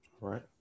right